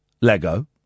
Lego